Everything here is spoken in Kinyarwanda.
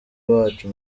wacu